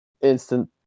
instant